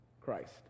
Christ